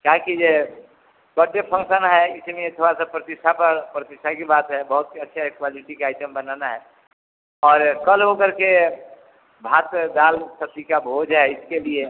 काहे कि ये बड्डे फंक्सन है इसमें थोड़ा सा प्रतिष्ठा पर प्रतिष्ठा की बात है बहुत ही अच्छे क्वालिटी का आइटम बनाना है और कल वो करके भात दाल सब्जी का भोज है इसके लिए